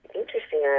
interesting